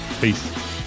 peace